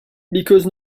because